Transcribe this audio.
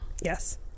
yes